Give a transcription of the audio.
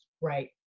Right